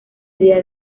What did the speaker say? idea